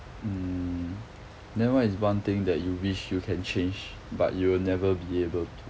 mm then what is one thing that you wish you can change but you will never be able to